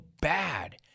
bad